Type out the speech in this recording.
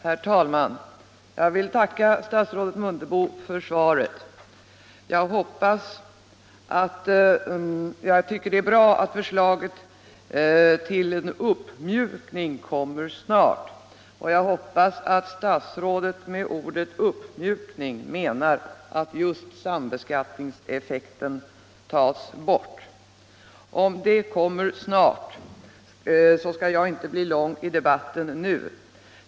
Herr talman! Jag tackar statsrådet Mundebo för svaret. Jag tycker det är bra att förslaget till en ”uppmjukning” kommer snart. Jag hoppas att statsrådet med ordet uppmjukning menar att just sambeskattningseffekten tas bort. Om detta sker snart, skall jag inte ta någon lång debatt nu.